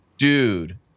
Dude